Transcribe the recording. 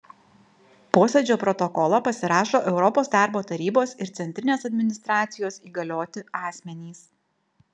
posėdžio protokolą pasirašo europos darbo tarybos ir centrinės administracijos įgalioti asmenys